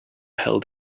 held